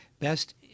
best